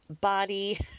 body